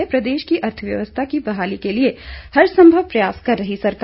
प्रदेश की अर्थव्यवस्था की बहाली के लिए हर संभव प्रयास कर रही सरकार